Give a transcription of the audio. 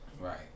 Right